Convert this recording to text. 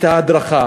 את ההדרכה,